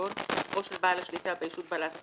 חשבון או של בעל השליטה בישות בעלת החשבון,